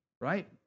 right